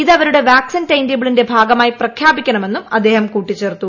ഇത് അവരുടെ വാക്സിൻ ടൈംടേബിളിന്റെ ഭാഗമായി പ്രഖ്യാപിക്കണമെന്ന് അദ്ദേഹം കൂട്ടിച്ചേർത്തു